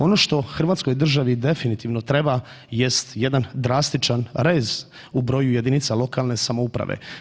Ono što hrvatskoj državi definitivno treba jest jedan drastičan rez u broju jedinica lokalne samouprave.